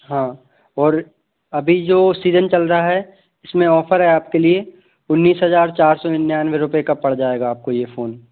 हाँ और अभी जो सीजन चल रहा है इसमें ऑफर है आपके लिए उन्नीस हजार चार सौ निन्यानवे रुपए का पड़ जाएगा आपको ये फ़ोन